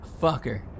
Fucker